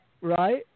right